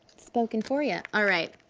spoken for ya. alright,